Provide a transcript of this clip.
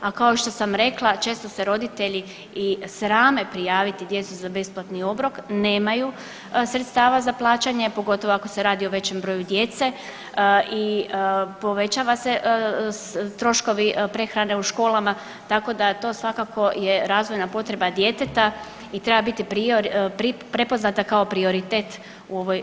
A kao što sam rekla često se roditelji i srame prijaviti djecu za besplatni obrok, nemaju sredstava za plaćanje pogotovo ako se radi o većem broju djecu i povećavaju se troškovi prehrane u školama, tako da to svakako je razvojna potreba djeteta i treba biti prepoznata kao prioritet u ovoj državi.